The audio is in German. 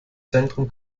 zentrum